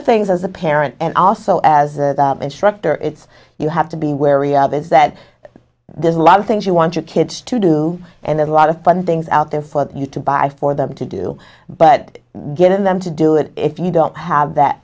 the things as a parent and also as an instructor it's you have to be wary of is that there's a lot of things you want your kids to do and there's a lot of fun things out there for you to buy for them to do but getting them to do it if you don't have that